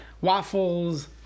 waffles